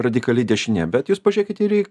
radikali dešinė bet jūs pažėkit į